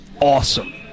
awesome